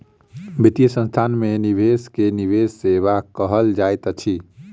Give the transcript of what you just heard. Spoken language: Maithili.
वित्तीय संस्थान में निवेश के निवेश सेवा कहल जाइत अछि